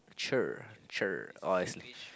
cher cher oh I see